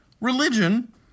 Religion